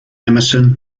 emerson